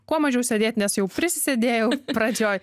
kuo mažiau sėdėt nes jau prisisėdėjau pradžioj